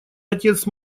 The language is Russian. отец